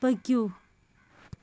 پٔکِو